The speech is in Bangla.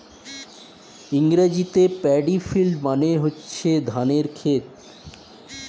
ইংরেজিতে প্যাডি ফিল্ড মানে হচ্ছে ধানের ক্ষেত